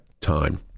time